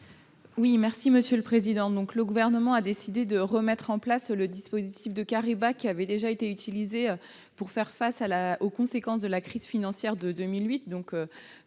Mme Christine Lavarde. Le Gouvernement a décidé de remettre en place le dispositif de qui avait déjà été utilisé pour faire face aux conséquences de la crise financière de 2008.